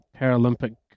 Paralympic